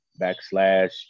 backslash